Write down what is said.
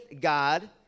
God